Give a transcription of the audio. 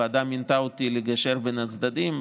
הוועדה מינתה אותי לגשר בין הצדדים,